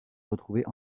retrouver